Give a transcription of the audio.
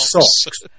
socks